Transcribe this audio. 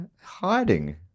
hiding